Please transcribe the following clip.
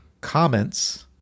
Comments